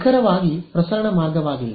ನಿಖರವಾಗಿ ಪ್ರಸರಣ ಮಾರ್ಗವಾಗಿಲ್ಲ